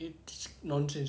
it's nonsense